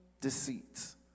deceits